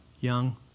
young